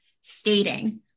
stating